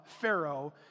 Pharaoh